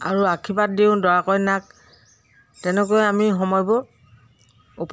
আৰু আৰ্শীবাদ দিওঁ দৰা কইনাক তেনেকৈয়ে আমি সময়বোৰ উপভোগ কৰোঁ